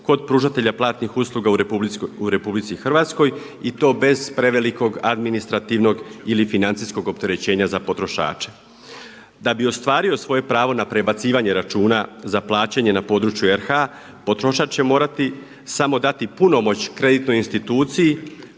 kod pružatelja platnih usluga u RH i to bez prevelikog administrativnog ili financijskog opterećenja za potrošače. Da bi ostvario svoje pravo na prebacivanje računa za plaćanje na području RH potrošač će morati samo dati punomoć kreditnoj instituciji